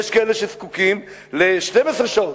יש כאלה שזקוקים ל-12 שעות.